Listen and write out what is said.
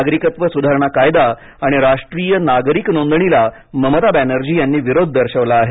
नागरिकत्व सुधारणा कायदा आणि राष्ट्रीय नागरिक नोंदणीला ममता बॅनर्जी यांनी विरोध दर्शवला आहे